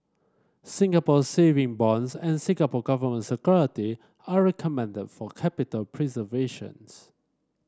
Singapore Saving Bonds and Singapore Government Security are recommended for capital preservations